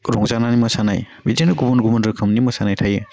रंजानानै मोसानाय बिदिनो गुबुन गुबुन रोखोमनि मोसानाय थायो